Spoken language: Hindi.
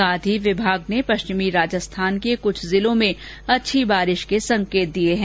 साथ ही विभाग ने पश्चिमी राजस्थान के कुछ जिलों में अच्छी वर्षा के संकेत दिये हैं